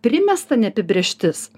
primesta neapibrėžtis